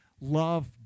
love